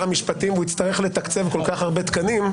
המשפטים הוא יצטרך לתקצב כל כך הרבה תקנים,